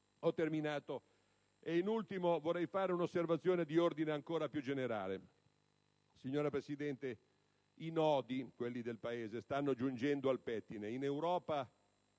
Governo. In ultimo, vorrei fare un'osservazione di ordine ancora più generale. Signora Presidente, i nodi, quelli del Paese, stanno giungendo al pettine. In Europa